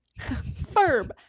Ferb